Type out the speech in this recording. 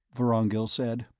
vorongil said.